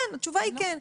התשובה היא כן.